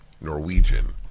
Norwegian